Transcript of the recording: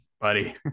Buddy